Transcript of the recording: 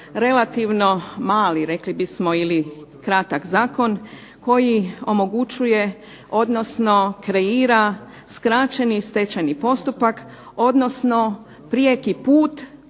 relativno mali rekli bismo ili kratak zakon koji omogućuje odnosno kreira skraćeni stečajni postupak odnosno prijeki put